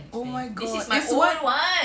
oh my god this one